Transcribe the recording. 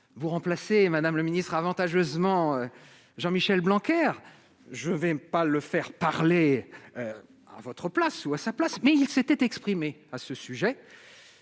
vous remplacer Madame le Ministre, avantageusement. Jean-Michel Blanquer, je vais pas le faire parler, à votre place, ou à sa place, mais il s'était exprimé à ce sujet,